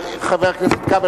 חבר הכנסת כבל,